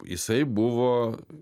jisai buvo